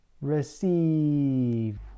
Receive